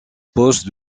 poste